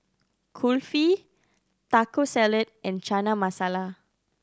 Kulfi Taco Salad and Chana Masala